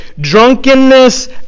drunkenness